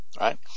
right